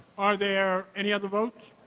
are there any other votes?